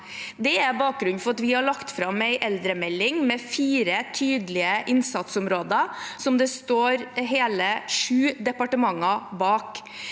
Det er bakgrunnen for at vi har lagt fram en eldremelding med fire tydelige innsatsområder, som det står hele sju departementer bak.